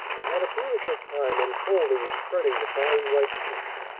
and had a beautiful time unfolding and spreading the fine white sheets,